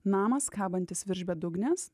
namas kabantis virš bedugnės